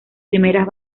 primeras